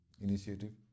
initiative